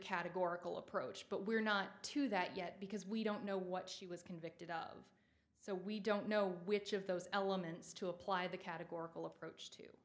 categorical approach but we're not to that yet because we don't know what she was convicted of so we don't know which of those elements to apply the categorical approach